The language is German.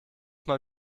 mal